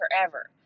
forever